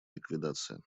ликвидация